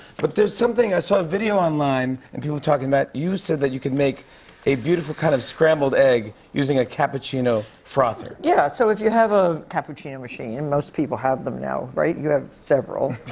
but there's something i saw a video online and people talking about you said that you could make a beautiful kind of scrambled egg using a cappuccino frother. yeah. so, if you have a cappuccino machine most people have them now, right? you have several.